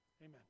amen